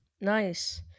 Nice